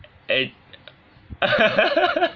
eh